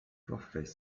forfaits